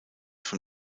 von